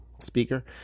speaker